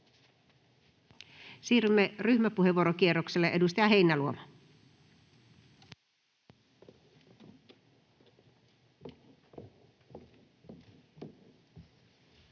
Siirrymme ryhmäpuheenvuorokierrokselle. — Edustaja Heinäluoma.